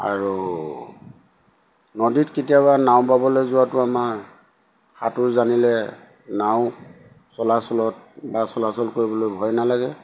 আৰু নদীত কেতিয়াবা নাও বাবলৈ যোৱাটো আমাৰ সাঁতোৰ জানিলে নাও চলাচলত বা চলাচল কৰিবলৈ ভয় নালাগে